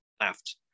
left